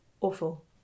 awful